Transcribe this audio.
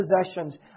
possessions